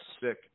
sick